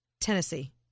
Tennessee